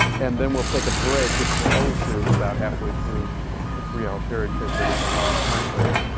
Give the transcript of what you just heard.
and then we'll take a break, which we'll always do about halfway through the three hour period because it is a long time period.